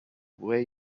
where